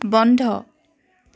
বন্ধ